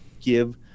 give